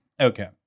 Okay